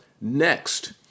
Next